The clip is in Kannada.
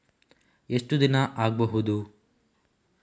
ಎಷ್ಟು ದಿನ ಆಗ್ಬಹುದು?